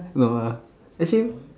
no ah actually